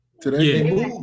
today